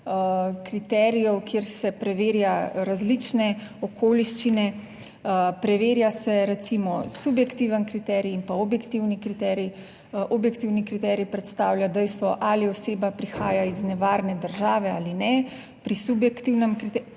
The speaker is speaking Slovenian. kriterijev, kjer se preverja različne okoliščine, preverja se recimo subjektiven kriterij in pa objektivni kriterij, objektivni kriterij predstavlja dejstvo, ali oseba prihaja iz nevarne države ali ne. Pri subjektivnem, to je